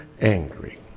angry